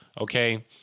okay